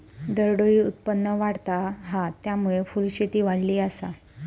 दरडोई उत्पन्न वाढता हा, त्यामुळे फुलशेती वाढली आसा